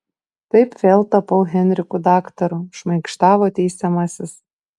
taip vėl tapau henriku daktaru šmaikštavo teisiamasis